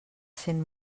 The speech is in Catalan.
sent